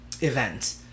event